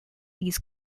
these